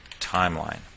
timeline